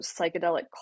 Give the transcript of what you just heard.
psychedelic